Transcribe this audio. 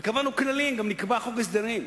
וקבענו כללים, גם נקבע חוק הסדרים.